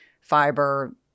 fiber